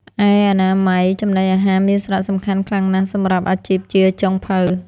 ឯអនាម័យចំណីអាហារមានសារៈសំខាន់ខ្លាំងណាស់សម្រាប់អាជីពជាចុងភៅ។